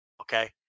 okay